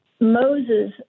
Moses